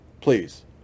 please